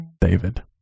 David